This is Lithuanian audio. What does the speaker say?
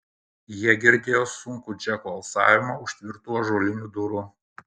jie girdėjo sunkų džeko alsavimą už tvirtų ąžuolinių durų